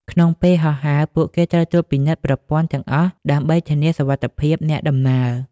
ក្នុងពេលហោះហើរ ពួកគេត្រូវត្រួតពិនិត្យប្រព័ន្ធទាំងអស់ដើម្បីធានាសុវត្ថិភាពអ្នកដំណើរ។